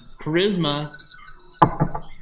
charisma